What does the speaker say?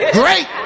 great